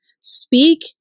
speak